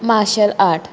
martial art